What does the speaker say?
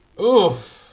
Oof